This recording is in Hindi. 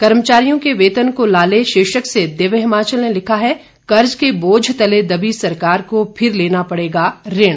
कर्मचारियों के वेतन को लाले शीर्षक से दिव्य हिमाचल ने लिखा है कर्ज के बोझ तले दबी सरकार को फिर लेना पड़ेगा ऋण